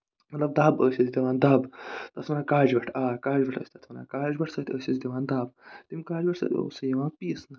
مطلب دَب ٲسۍ أسۍ دِوان دَب تَتھ وَنان کاجوَٹھ کاجوَٹھ ٲسۍ تَتھ وَنان کاجوَٹھ سۭتۍ ٲسۍ تَتھ دِوان دَب تَمہِ کاجوٹھ سۭتۍ اوس سُہ یِوان پیٖسنہٕ